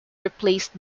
replaced